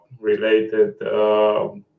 related